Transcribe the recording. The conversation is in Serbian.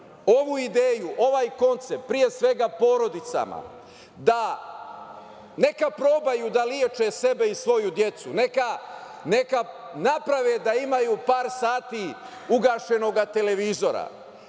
ovu ideju, ovaj koncept, pre svega porodicama, neka probaju da „leče“ sebe i svoju decu, neka naprave da imaju par sati ugašenog televizora.